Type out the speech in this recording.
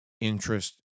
interest